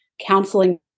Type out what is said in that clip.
counseling